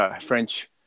French